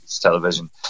television